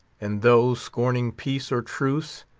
and though scorning peace or truce,